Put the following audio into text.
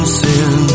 sin